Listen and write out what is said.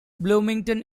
bloomington